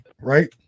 right